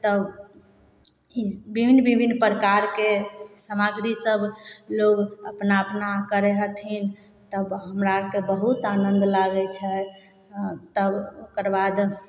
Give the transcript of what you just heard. तब बिभिन्न बिभिन्न परकारके समाग्री सब लोग अपना अपना करै हथिन तब हमरा आरके बहुत आनन्द लागै छै तब ओकरबाद